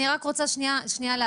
לא.